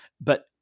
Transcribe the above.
But-